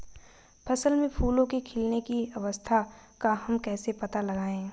फसल में फूलों के खिलने की अवस्था का हम कैसे पता लगाएं?